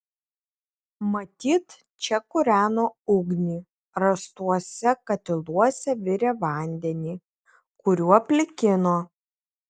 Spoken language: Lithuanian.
matyt čia kūreno ugnį rastuose katiluose virė vandenį kuriuo plikino